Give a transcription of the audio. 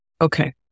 Okay